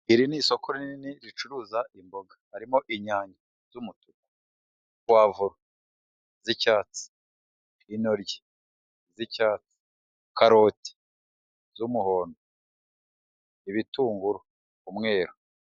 Iri ni isoko rinini ricuruza imboga harimo inyanya z'umutuku puwavoro z'icyatsi, inoryi z'icyatsi, karoti z'umuhondo, ibitunguru by'umweru.